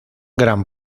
gran